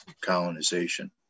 colonization